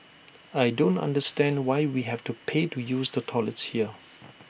I don't understand why we have to pay to use the toilets here